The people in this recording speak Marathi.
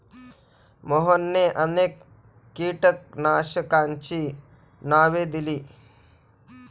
मोहनने अनेक कीटकनाशकांची नावे दिली